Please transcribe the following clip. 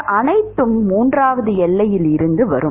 இது அனைத்தும் மூன்றாவது எல்லையில் இருந்து வரும்